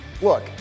look